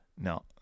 No